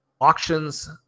auctions